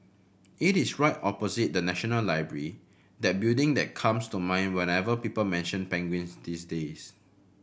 it is right opposite the National Library that building that comes to mind whenever people mention penguins these days